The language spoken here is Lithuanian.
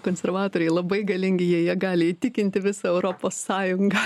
konservatoriai labai galingi jie jie gali įtikinti visą europos sąjungą